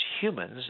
humans